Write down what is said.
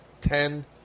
ten